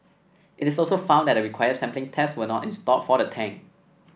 it also found that the required sampling taps were not installed for the tank